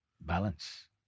balance